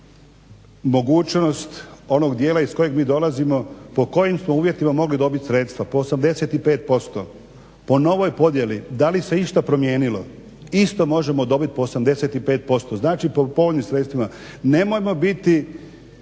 mogućnost onog dijela iz kojeg mi dolazimo po kojim smo uvjetima mogli dobiti sredstva. Po 85% po novoj podjeli. Da li se išta promijenilo? Isto možemo dobiti po 85%, znači po povoljnim sredstvima. Nemojmo biti